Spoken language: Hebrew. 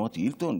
אמרתי: הילטון?